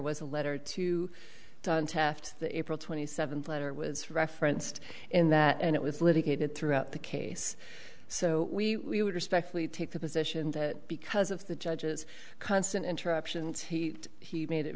was a letter to taft the april twenty seventh letter was referenced in that and it was litigated throughout the case so we would respectfully take the position that because of the judge's constant interruptions he made it